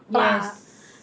yes